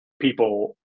people